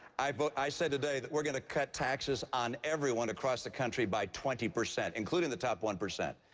i but i said today that we're going to cut taxes on everyone across the country by twenty percent, including the top one percent.